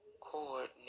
coordinate